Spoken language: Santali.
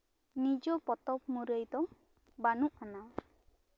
ᱱᱤᱡᱚ ᱯᱚᱛᱚᱵᱽ ᱢᱩᱨᱟᱹᱭ ᱫᱚ ᱵᱟᱹᱱᱩᱜ ᱟᱱᱟ